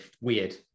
Weird